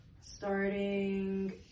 Starting